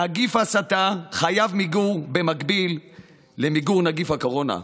נגיף ההסתה חייב מיגור במקביל למיגור נגיף הקורונה.